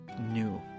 new